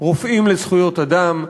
"רופאים לזכויות אדם",